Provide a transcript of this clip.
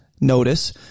notice